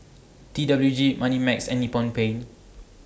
T W G Moneymax and Nippon Paint